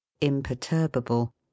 Imperturbable